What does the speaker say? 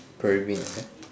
pervin right